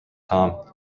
tom